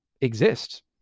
exist